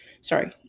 Sorry